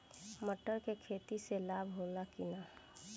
मटर के खेती से लाभ होला कि न?